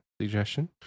suggestion